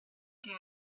que